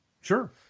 Sure